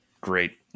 great